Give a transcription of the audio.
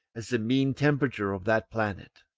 as the mean temperature of that planet.